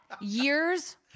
years